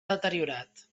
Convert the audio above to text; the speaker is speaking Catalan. deteriorat